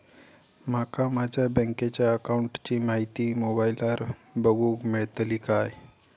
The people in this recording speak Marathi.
माका माझ्या बँकेच्या अकाऊंटची माहिती मोबाईलार बगुक मेळतली काय?